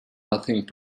nothing